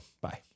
Bye